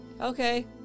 Okay